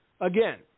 Again